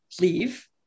leave